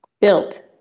built